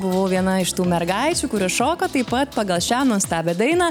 buvau viena iš tų mergaičių kurios šoka taip pat pagal šią nuostabią dainą